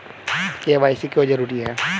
KYC क्यों जरूरी है?